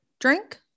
drink